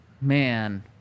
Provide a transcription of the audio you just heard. man